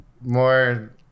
more